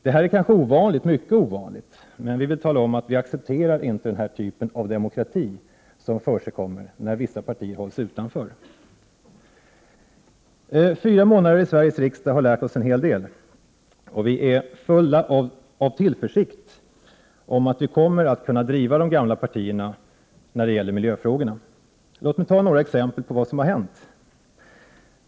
Det kanske är ovanligt — mycket ovanligt — men vi vill tala om att vi inte accepterar denna typ av demokrati, som förekommer när vissa partier hålls utanför. Fyra månader i Sveriges riksdag har lärt oss en hel del, och vi är fulla av tillförsikt om att vi kommer att kunna driva på de gamla partierna när det gäller miljöfrågorna. Låt mig ta några exempel på vad som har hänt.